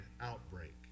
outbreak